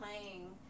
playing